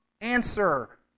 answer